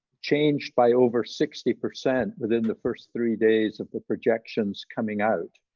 changed by over sixty percent within the first three days of the projections coming out,